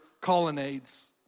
colonnades